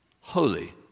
holy